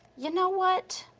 you know what,